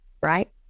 right